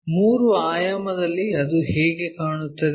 ಮೂರು ಆಯಾಮದಲ್ಲಿ ಅದು ಹೇಗೆ ಕಾಣುತ್ತದೆ